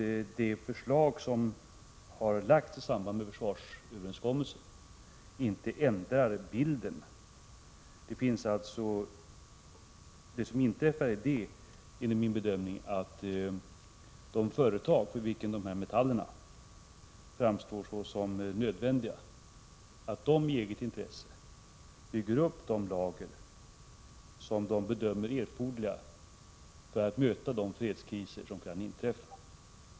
Det förslag som har lagts fram i samband med försvarsöverenskommelsen ändrar inte bilden. Vad som inträffar är att de företag för vilka dessa metaller framstår såsom nödvändiga i eget intresse får bygga upp de lager som de bedömer erforderliga för att möta de fredskriser som kan inträffa.